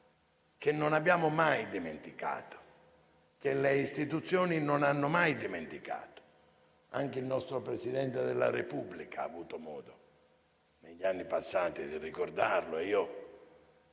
non l'abbiamo mai dimenticato, nemmeno le istituzioni lo hanno mai dimenticato. Anche il nostro Presidente della Repubblica ha avuto modo negli anni passati di ricordarlo. E mi